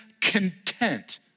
content